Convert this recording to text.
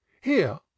Here